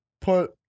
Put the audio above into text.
put